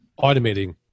automating